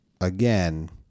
again